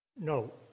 No